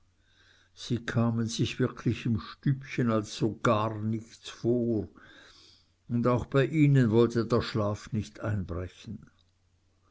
sie kamen sich wirklich im stübchen als so gar nichts vor und auch bei ihnen wollte der schlaf nicht einbrechen